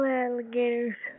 alligators